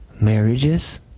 Marriages